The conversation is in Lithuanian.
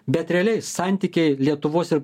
bet realiai santykiai lietuvos ir